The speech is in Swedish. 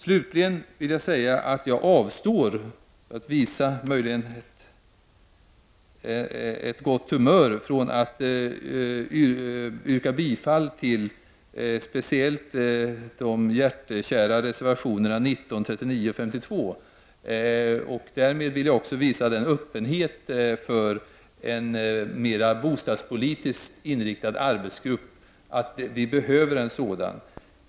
Jag vill slutligen säga att jag för att visa ett gott humör avstår från att yrka bifall till speciellt de hjärtekära reservationerna 19, 39 och 52. Därmed vill jag också visa en öppenhet för en mer bostadspolitiskt inriktad arbetsgrupp. Vi behöver en sådan.